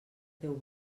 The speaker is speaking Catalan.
teu